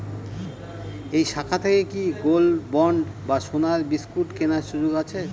এই শাখা থেকে কি গোল্ডবন্ড বা সোনার বিসকুট কেনার সুযোগ আছে?